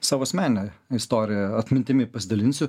savo asmenine istorija atmintimi pasidalinsiu